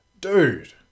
Dude